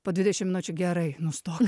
po dvidešimt minučių gerai nustok